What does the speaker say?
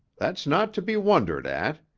that's not to be wondered at.